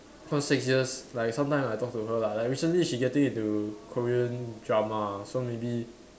so six years like sometimes I talk to her like like recently she getting into Korean drama so maybe